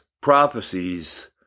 prophecies